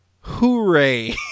Hooray